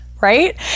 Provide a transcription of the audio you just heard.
right